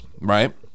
right